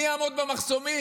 מי יעמוד במחסומים,